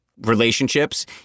relationships